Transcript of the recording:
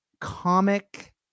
comic